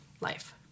life